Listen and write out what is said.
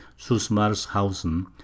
Susmarshausen